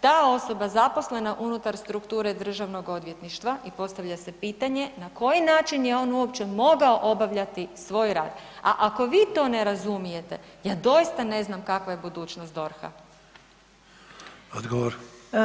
ta osoba zaposlena unutar strukture DORH-a i postavlja se pitanje na koji način je on uopće mogao obavljati svoj rad, a ako vi to ne razumijete, ja doista ne znam kakva je budućnost DORH-a.